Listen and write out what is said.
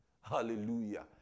Hallelujah